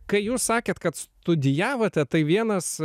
kai jūs sakėt kad studijavote tai vienas